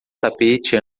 tapete